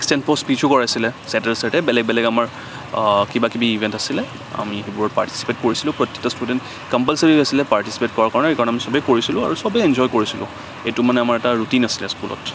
extempore স্পিছো কৰাইছিলে Saturday Saturday বেলেগ বেলেগ আমাৰ কিবা কিবি ইভেন্ট আছিলে আমি সেইবোৰত পাৰ্টিছিপেট কৰিছিলো প্ৰত্যেকটো ষ্টুডেন্ট কম্পালচৰি আছিলে পাৰ্টিছিপেট কৰাৰ কাৰণে সেইকাৰণে আমি চবে কৰিছিলো আৰু চবে এনজয় কৰিছিলো এইটো মানে আমাৰ এটা ৰুটিন আছিলে স্কুলত